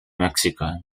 mexico